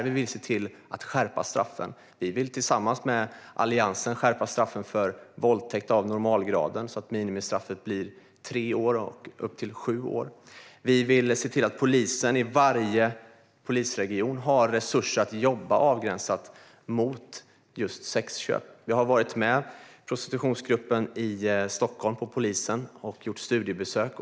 Vi vill skärpa straffen. Tillsammans med Alliansen vill vi skärpa straffen för våldtäkt av normalgraden så att minimistraffet blir tre år upp till sju år. Vi vill att polisen i varje polisregion ska ha resurser att jobba avgränsat mot sexköp. Jag har varit med polisens prostitutionsgrupp i Stockholm och gjort studiebesök.